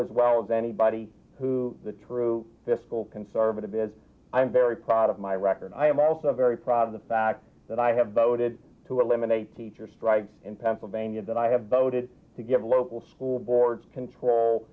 as well as anybody who the true fiscal conservative is i am very proud of my record i am also very proud the fact that i have voted to eliminate teacher strikes in pennsylvania that i have voted to give local school boards control